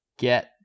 Get